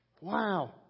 Wow